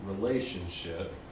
relationship